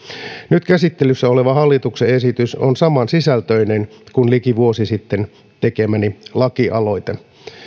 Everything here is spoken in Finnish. nyt käsittelyssä oleva hallituksen esitys on samansisältöinen kuin liki vuosi sitten tekemäni lakialoite